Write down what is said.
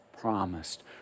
promised